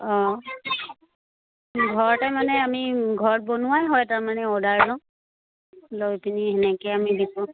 অঁ ঘৰতে মানে আমি ঘৰত বনোৱাই হয় তাৰমানে অৰ্ডাৰ লওঁ লৈ পিনি তেনেকৈ আমি বিকোঁ